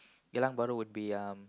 Geylang-Bahru would be um